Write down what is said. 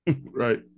right